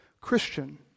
Christian